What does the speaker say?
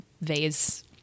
vase